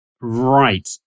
Right